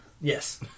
Yes